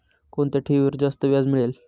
कोणत्या ठेवीवर जास्त व्याज मिळेल?